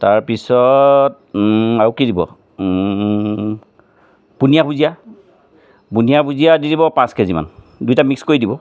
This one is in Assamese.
তাৰপিছত আৰু কি দিব বুনিয়া ভুজিয়া বুনিয়া ভুজিয়া দি দিব পাঁচ কেজিমান দুইটা মিক্স কৰি দিব